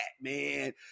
man